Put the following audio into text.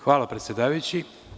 Hvala predsedavajući.